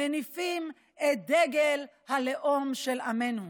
מניפים את דגל הלאום של עמנו.